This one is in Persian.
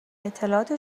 اطلاعات